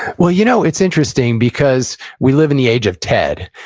well, you know it's interesting because we live in the age of ted.